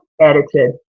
edited